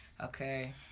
Okay